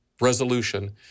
resolution